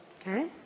Okay